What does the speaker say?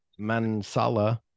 Mansala